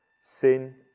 sin